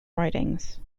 ridings